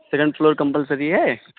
second floor compulsory ہے